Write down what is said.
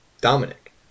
Dominic